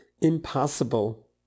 impossible